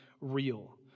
real